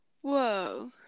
Whoa